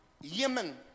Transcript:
Yemen